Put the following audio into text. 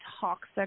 toxic